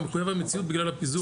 הוא גם מחויב המציאות בגלל הפיזור